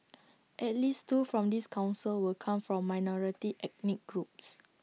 at least two from this Council will come from minority ethnic groups